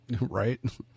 right